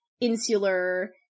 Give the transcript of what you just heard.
insular